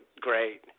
great